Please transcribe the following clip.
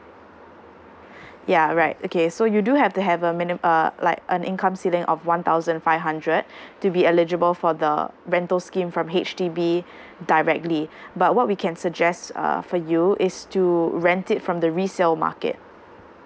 ya right okay so you do have to have a minimum uh like an income ceiling of one thousand five hundred to be eligible for the rental scheme from H_D_B directly but what we can suggest uh for you is to rent it from the resale market